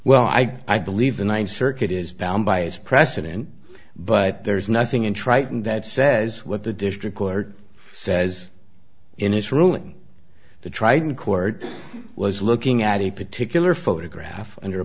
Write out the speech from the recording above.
well i i believe the ninth circuit is bound by its precedent but there's nothing in triton that says what the district court says in his ruling the tritone court was looking at a particular photograph under a